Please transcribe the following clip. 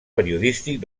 periodístic